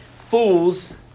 fools